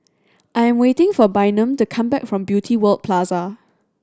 I am waiting for Bynum to come back from Beauty World Plaza